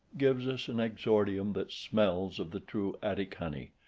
gives us an exordium that smells of the true attic honey,